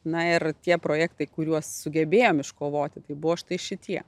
na ir tie projektai kuriuos sugebėjom iškovoti tai buvo štai šitie